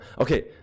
okay